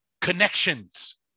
connections